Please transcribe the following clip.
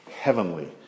heavenly